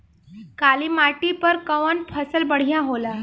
काली माटी पर कउन फसल बढ़िया होला?